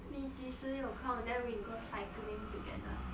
你几时有空 then we go cycling together